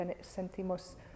sentimos